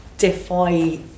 defy